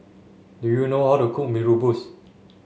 do you know how to cook Mee Rebus